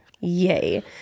Yay